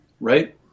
right